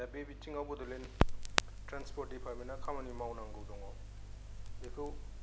दा बे बिथिङाव बड'लेण्ड ट्रेनसर्पट दिपारटमेन्ता खामानि मावनांगौ दङ बेखौ